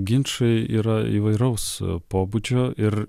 ginčai yra įvairaus pobūdžio ir